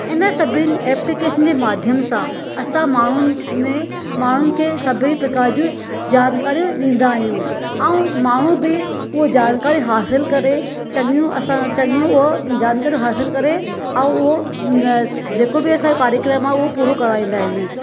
इन सभिनि ऐप्लिकेशन जे माध्यम सां असां माण्हूनि माण्हू खे सभी प्रकार जूं जानकारीयू ॾींदा आहियूं ऐं माण्हू बि उहो जानकारी हासिलु करे चंङियू असां चंङियू उहो जानकारीयूं हासिलु करे ऐं उहो जेको बि असांजो कार्यक्रम आहे उहो पूरो कराईंदा आहिनि